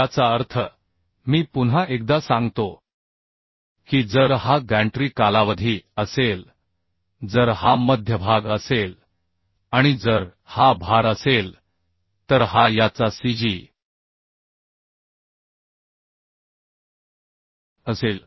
याचा अर्थ मी पुन्हा एकदा सांगतो की जर हा गॅन्ट्री कालावधी असेल जर हा मध्यभाग असेल आणि जर हा भार असेल तर हा याचा cgअसेल